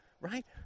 right